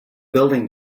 building